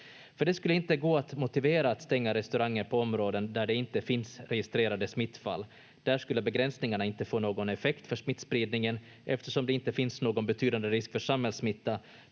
för det skulle inte gå att motivera att stänga restauranger på områden där det inte finns registrerade smittfall. Där skulle begränsningarna inte få någon effekt för smittspridningen, eftersom det inte finns någon betydande risk för samhällssmitta,